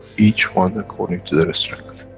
each one according to their strength.